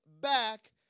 back